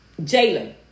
Jalen